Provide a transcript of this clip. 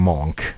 Monk